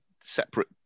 separate